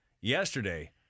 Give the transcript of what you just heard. yesterday